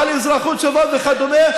ועל אזרחות שווה וכדומה,